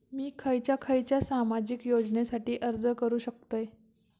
मी खयच्या खयच्या सामाजिक योजनेसाठी अर्ज करू शकतय?